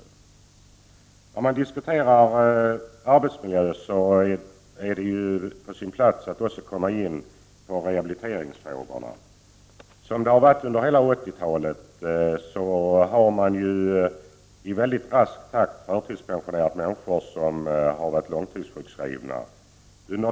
När vi nu diskuterar arbetsmiljö är det på sin plats att också komma in på rehabiliteringsfrågorna. Som det har varit under hela 80-talet har man i väldigt rask takt förtidspensionerat människor som har varit långtidssjukskrivna.